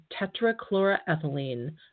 tetrachloroethylene